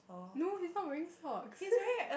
no he's not wearing socks